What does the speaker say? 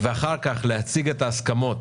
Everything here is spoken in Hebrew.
ואחר כך להציג את ההסכמות